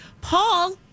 Paul